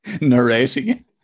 narrating